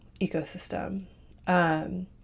ecosystem